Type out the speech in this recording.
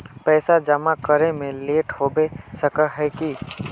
पैसा जमा करे में लेट होबे सके है की?